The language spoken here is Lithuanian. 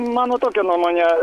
mano tokia nuomonė